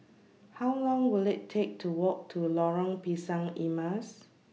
How Long Will IT Take to Walk to Lorong Pisang Emas